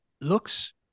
looks